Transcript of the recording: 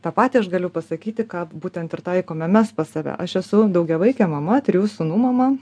tą patį aš galiu pasakyti ką būtent ir taikome mes pas save aš esu daugiavaikė mama trijų sūnų mama